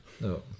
No